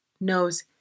knows